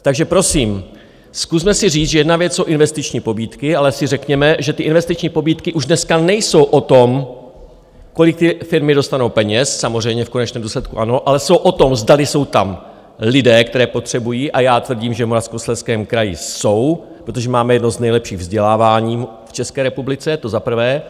Takže prosím, zkusme si říct, že jedna věc jsou investiční pobídky, ale si řekněme, že ty investiční pobídky už dneska nejsou o tom, kolik ty firmy dostanou peněz, samozřejmě v konečném důsledku ano, ale jsou o tom, zdali jsou tam lidé, které potřebují a já tvrdím, že v Moravskoslezském kraji jsou, protože máme jedno z nejlepších vzdělávání v České republice, to za prvé.